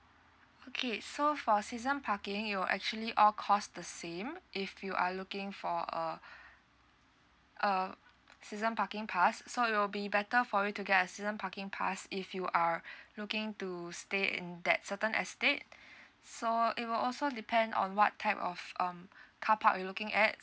okay so for season parking you're actually all cost the same if you are looking for uh uh season parking pass so it will be better for you to get a season parking pass if you are looking to stay in that certain estate so it will also depend on what type of um carpark you're looking at